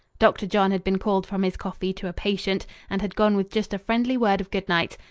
dr. john had been called from his coffee to a patient and had gone with just a friendly word of good night,